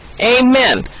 Amen